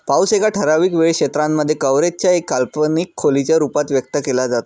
पाऊस एका ठराविक वेळ क्षेत्रांमध्ये, कव्हरेज च्या एका काल्पनिक खोलीच्या रूपात व्यक्त केला जातो